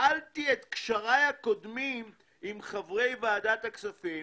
הפעלתי את קשריי הקודמים עם חברי ועדת הכספים,